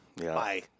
Bye